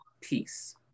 peace